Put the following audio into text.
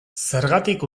zergatik